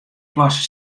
klasse